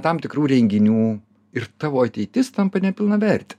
tam tikrų renginių ir tavo ateitis tampa nepilnavertė